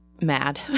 mad